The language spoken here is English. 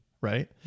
right